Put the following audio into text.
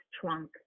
trunk